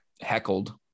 heckled